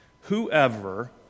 Whoever